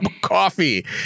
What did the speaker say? coffee